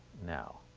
now,